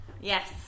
yes